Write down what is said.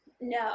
No